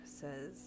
says